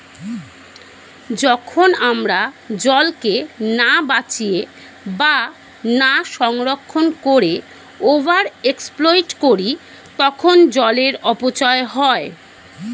যখন আমরা জলকে না বাঁচিয়ে বা না সংরক্ষণ করে ওভার এক্সপ্লইট করি তখন জলের অপচয় হয়